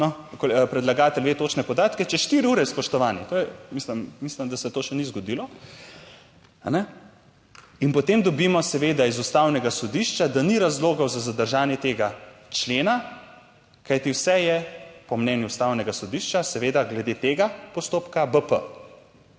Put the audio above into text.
predlagatelj ve točne podatke, čez 4 ure, spoštovani. To je, mislim, mislim, da se to še ni zgodilo, a ne. In potem dobimo seveda iz Ustavnega sodišča, da ni razlogov za zadržanje tega člena, kajti vse je po mnenju Ustavnega sodišča, seveda glede tega postopka, bp.